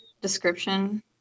description